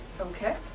Okay